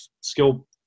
skill